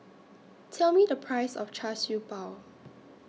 Tell Me The Price of Char Siew Bao